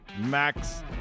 Max